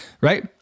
right